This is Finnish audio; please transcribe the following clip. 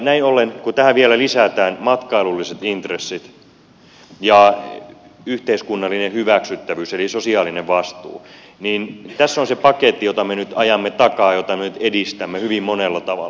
näin ollen kun tähän vielä lisätään matkailulliset intressit ja yhteiskunnallinen hyväksyttävyys eli sosiaalinen vastuu niin tässä on se paketti jota me nyt ajamme takaa jota me nyt edistämme hyvin monella tavalla